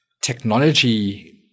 technology